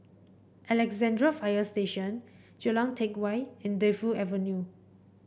Alexandra Fire Station Jalan Teck Whye and Defu Avenue